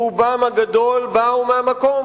רובם הגדול באו מהמקום,